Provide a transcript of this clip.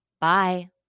Bye